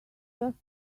just